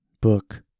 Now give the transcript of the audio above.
book